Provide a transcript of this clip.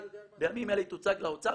בימים אלה היא תוצג לאוצר,